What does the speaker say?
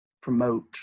promote